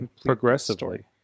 progressively